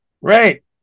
Right